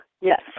yes